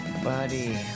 Buddy